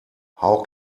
how